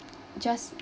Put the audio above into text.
just